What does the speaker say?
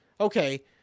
Okay